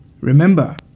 Remember